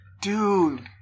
Dude